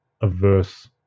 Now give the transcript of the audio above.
averse